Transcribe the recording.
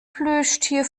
plüschtier